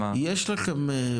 יש לכם,